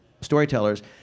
storytellers